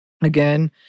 Again